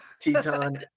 Teton